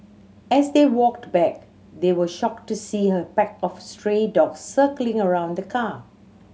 as they walked back they were shocked to see a pack of stray dog circling around the car